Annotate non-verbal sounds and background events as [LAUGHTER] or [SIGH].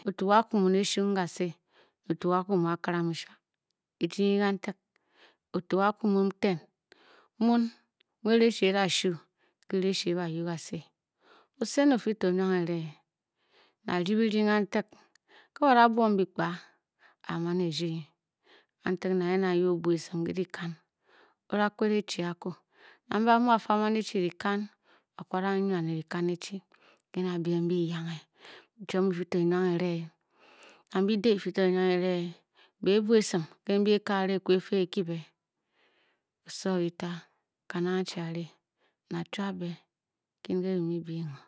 Otuga ku mu ke shum last atugaku imu a kamishua dii kan otu kaku imun ten imun a ressy eba shu or a aressy eba you kasi [HESITATION] osen ofifor owank elea tar de be dong kan tep nah yen naye obi esem le takan ora phele chi aku na mba ba mu ba for mani che lekan ba ava la man lekan ne chi are bem be yange chom ge fofor kewang eleh nabe de bafe awanye e key ba buvasin kembi ekagale ekebe osowor etah kan archi olina tube be nke nga be muea bingor